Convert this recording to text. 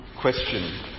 question